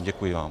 Děkuji vám.